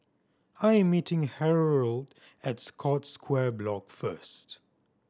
I am meeting Harold at Scotts Square Block first